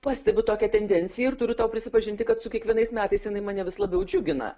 pastebiu tokią tendenciją ir turiu tau prisipažinti kad su kiekvienais metais jinai mane vis labiau džiugina